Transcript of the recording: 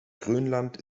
grönland